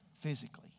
physically